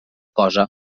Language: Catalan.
cosa